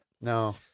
No